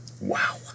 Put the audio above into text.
Wow